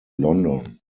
london